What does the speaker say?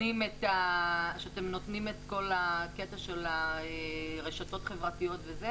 שאתם נותנים את הרשתות החברתיות גם?